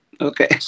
Okay